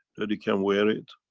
that he can wear it.